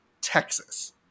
Texas